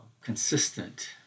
consistent